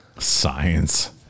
Science